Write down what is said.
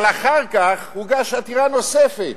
אבל אחר כך הוגשה עתירה נוספת,